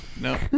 No